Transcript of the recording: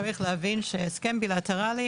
צריך להבין שהסכם בילטרלי,